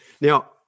Now